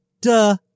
duh